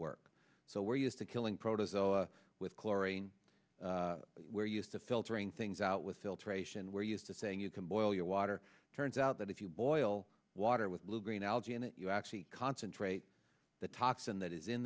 work so we're used to killing protozoa with chlorine we're used to filtering things out with filtration we're used to saying you can boil your water turns out that if you boil water with blue green algae in it you actually concentrate the toxin that is in